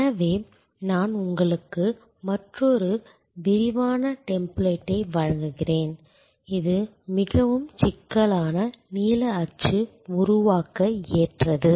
எனவே நான் உங்களுக்கு மற்றொரு விரிவான டெம்ப்ளேட்டை வழங்குகிறேன் இது மிகவும் சிக்கலான நீல அச்சு உருவாக்க ஏற்றது